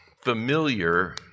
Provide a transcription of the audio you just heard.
familiar